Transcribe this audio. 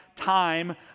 time